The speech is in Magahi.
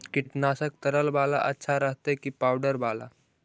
कीटनाशक तरल बाला अच्छा रहतै कि पाउडर बाला?